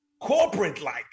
corporate-like